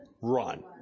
Run